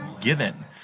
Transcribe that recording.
given